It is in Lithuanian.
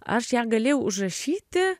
aš ją galėjau užrašyti